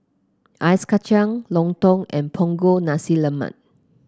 Ice Kacang lontong and Punggol Nasi Lemak